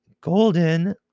Golden